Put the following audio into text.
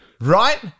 Right